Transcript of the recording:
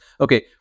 Okay